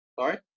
Sorry